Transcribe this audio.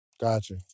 Gotcha